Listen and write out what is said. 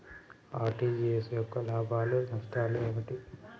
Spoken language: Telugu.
ఆర్.టి.జి.ఎస్ యొక్క లాభాలు నష్టాలు ఏమిటి?